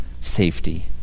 safety